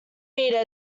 meter